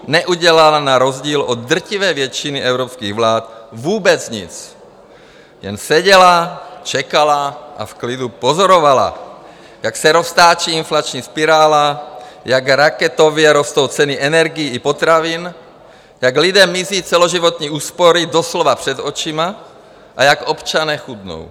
Neudělala na rozdíl od drtivé většiny evropských vlád vůbec nic, jen seděla, čekala a v klidu pozorovala, jak se roztáčí inflační spirála, jak raketově rostou ceny energií i potravin, jak lidem mizí celoživotní úspory doslova před očima a jak občané chudnou.